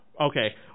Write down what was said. Okay